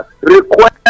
request